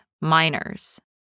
minors